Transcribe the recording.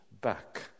back